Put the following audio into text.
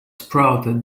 sprouted